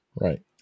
Right